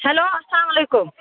hello السلام علیکُم